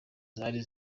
zari